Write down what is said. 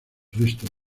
resto